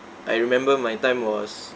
I remember my time was